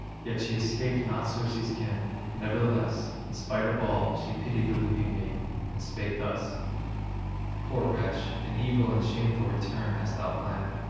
yet she escaped not circe's ken nevertheless, in spite of all, she pitied the weeping maiden, and spake thus poor wretch, an evil and shameful return hast thou planned.